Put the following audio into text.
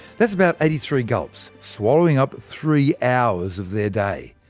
that's about eighty three gulps, swallowing up three hours of their day.